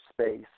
space